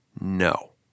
No